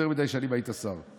יותר מדי שנים היית שר.